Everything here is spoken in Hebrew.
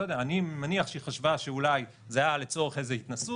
אני מניח שהיא חשבה שאולי זה היה לצורך איזה התנסות.